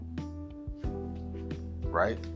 Right